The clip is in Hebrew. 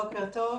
בוקר טוב.